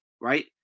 right